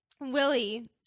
Willie